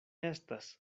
estas